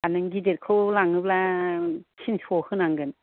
आरो नों गिदिरखौ लांनोब्ला थिनस' होनांगोन